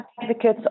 advocates